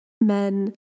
men